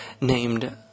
named